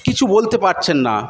কিছু বলতে পারছেন না